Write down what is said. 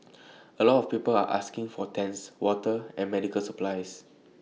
A lot of people are asking for tents water and medical supplies